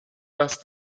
dass